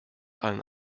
allen